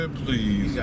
please